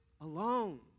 alone